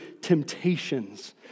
temptations